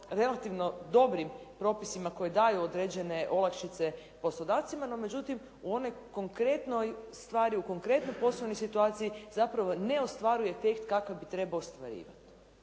relativno dobrim propisima koji daju određene olakšice poslodavcima, no međutim u onoj konkretnoj stvari, u konkretno postavljenoj situaciji zapravo ne ostvaruje efekt kakav bi trebao ostvariti.